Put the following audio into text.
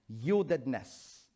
Yieldedness